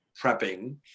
prepping